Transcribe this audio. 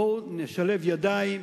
בואו נשלב ידיים,